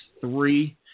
three